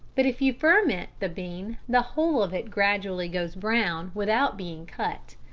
but if you ferment the bean the whole of it gradually goes brown without being cut.